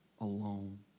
alone